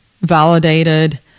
validated